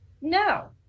No